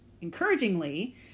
encouragingly